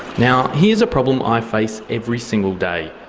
now here's a problem i face every single day,